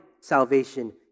salvation